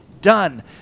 done